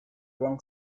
wrong